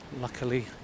Luckily